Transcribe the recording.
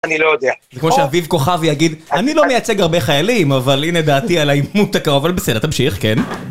אני לא יודע. זה כמו שאביב כוכבי יגיד, אני לא מייצג הרבה חיילים, אבל הנה דעתי על העימות הקרוב. אבל בסדר, תמשיך, כן